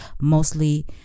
mostly